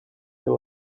the